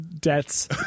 debts